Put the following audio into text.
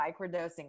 microdosing